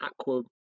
aqua